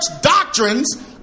doctrines